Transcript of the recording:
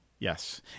Yes